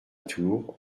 tour